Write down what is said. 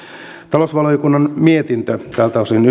talousvaliokunnan mietintö tältä osin